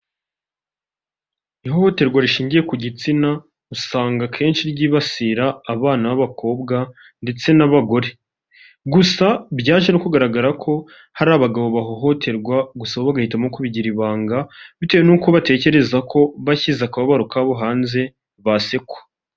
Ihohoterwa rishingiye ku gitsina usanga akenshi ryibasira abana b'abakobwa, ndetse n'abagore. Gusa byaje no kugaragara ko hari abagabo bahohoterwa gusa ahubwo bagahitamo kubigira ibanga bitewe n'uko batekereza ko, bashyize akababaro kabo hanze basekwa.